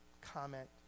comment